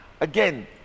again